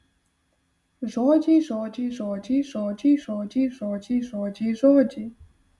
žodžiai žodžiai žodžiai žodžiai žodžiai žodžiai žodžiai žodžiai